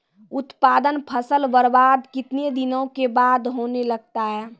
उत्पादन फसल बबार्द कितने दिनों के बाद होने लगता हैं?